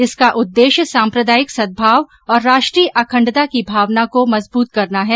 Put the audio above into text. इसका उद्देश्य सांप्रदायिक सद्भाव और राष्ट्रीय अखंडता की मावना को मजबूत करना है